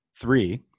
three